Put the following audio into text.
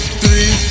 three